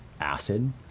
acid